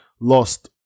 Lost